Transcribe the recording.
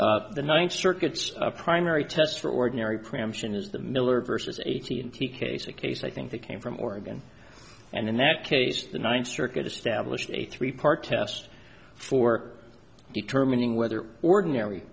case the ninth circuit's primary test for ordinary preemption is the miller versus a t and t case a case i think that came from oregon and in that case the ninth circuit established a three part test for determining whether ordinary